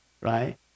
right